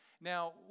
Now